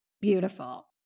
beautiful